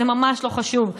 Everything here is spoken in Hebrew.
זה ממש לא חשוב.